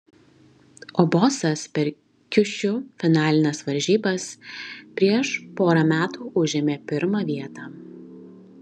o bosas per kiušiu finalines varžybas prieš porą metų užėmė pirmą vietą